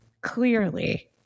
Clearly